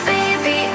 Baby